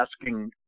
asking